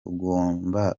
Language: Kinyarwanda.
ugomba